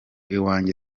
iwanjye